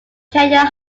canyon